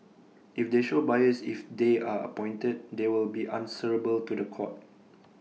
if they show bias if they are appointed they will be answerable to The Court